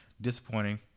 disappointing